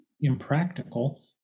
impractical